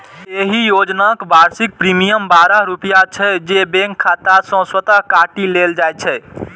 एहि योजनाक वार्षिक प्रीमियम बारह रुपैया छै, जे बैंक खाता सं स्वतः काटि लेल जाइ छै